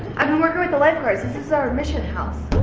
i've been working with the lifeguards. this is our mission house.